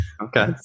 Okay